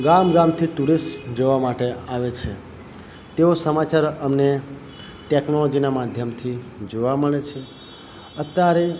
ગામ ગામથી ટુરિસ્ટ જોવા માટે આવે છે તેઓ સમાચાર અમને ટેકનોલોજીના માધ્યમથી જોવા મળે છે અત્યારે